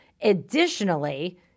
Additionally